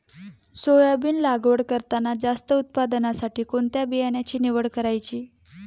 Soybean लागवड करताना जास्त उत्पादनासाठी कोणत्या बियाण्याची निवड करायची?